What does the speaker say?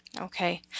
Okay